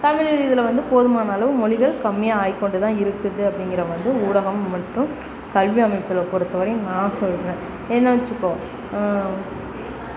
தமிழ் இதில் வந்து போதுமான அளவு மொழிகள் கம்மியாக ஆகிக்கொண்டு தான் இருக்குது அப்படிங்கறத வந்து ஊடகம் மற்றும் கல்வியமைப்பில் பொறுத்தவரையும் நான் சொல்கிறேன் ஏன்னால் வச்சுக்கோ